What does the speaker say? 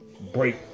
break